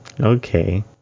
Okay